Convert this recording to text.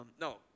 no